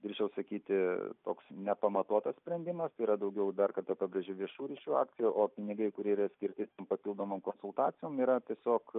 drįsčiau sakyti toks nepamatuotas sprendimas yra daugiau dar kartą pabrėžiu viešųjų ryšių akcija o pinigai kurie yra skirti papildomom konsultacijom yra tiesiog